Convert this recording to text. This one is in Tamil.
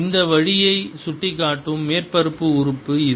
இந்த வழியை சுட்டிக்காட்டும் மேற்பரப்பு உறுப்பு இது